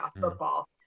football